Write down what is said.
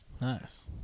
Nice